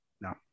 no